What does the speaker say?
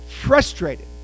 frustrated